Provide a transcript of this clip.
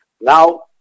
Now